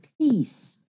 peace